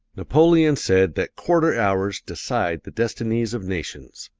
napoleon said that quarter hours decide the destinies of nations.